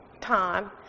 time